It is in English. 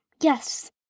Yes